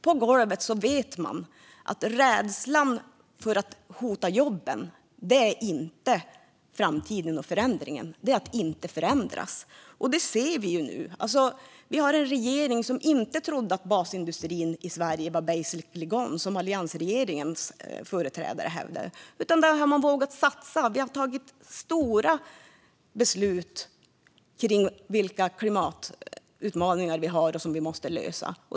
På golvet vet man nämligen att rädslan för att jobben hotas inte gäller framtiden och förändringen, utan det är att inte förändras. Det ser vi ju nu. Vi har en regering som inte trodde att basindustrin i Sverige var i princip borta, vilket alliansregeringens företrädare hävdade. Vi har vågat satsa. Vi har tagit stora beslut om hur de klimatutmaningar vi har ska lösas.